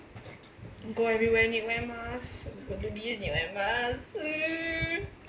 go everywhere need wear mask need wear mask